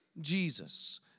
Jesus